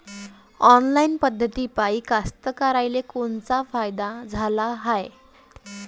Online पद्धतीपायी कास्तकाराइले कोनकोनचा फायदा झाला हाये?